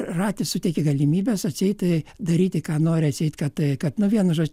ratis suteikė galimybes atseit daryti ką nori atseit kad kad nu vienu žodžiu